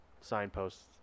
signposts